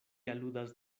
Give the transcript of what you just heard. aludas